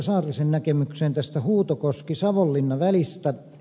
saarisen näkemykseen tästä huutokoskisavonlinna välistä